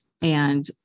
and-